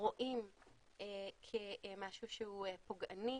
רואים כמשהו שהוא פוגעני,